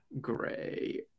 Gray